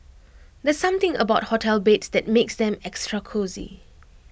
there's something about hotel beds that makes them extra cosy